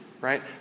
right